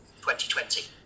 2020